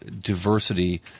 diversity